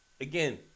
Again